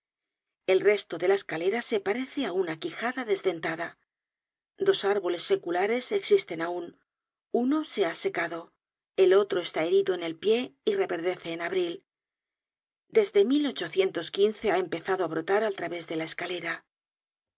el resto de la escalera se parece á una quijada desdentada dos árboles seculares existen aun uno se ha secado el otro está herido en el pie y reverdece en abril desde ha empezado á brotar al través de la escalera